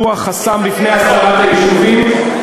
הוא החסם בפני הסדרת היישובים,